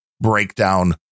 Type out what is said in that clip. breakdown